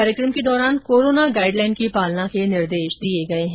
कार्यक्रम के दौरान कोरोना गाइड लाइन की पालना के निर्देश दिए गए हैं